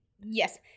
Yes